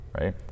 right